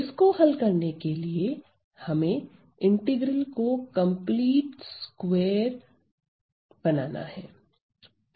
इसको हल करने के लिए हमें इंटीग्रल को कंप्लीट स्क्वेयर बनाएंगे